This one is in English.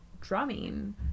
drumming